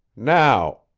now,